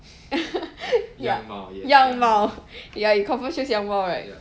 样貌 ya you confirm choose 样貌 right